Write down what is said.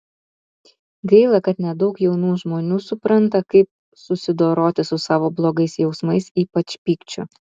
gaila kad nedaug jaunų žmonių supranta kaip susidoroti su savo blogais jausmais ypač pykčiu